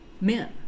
Men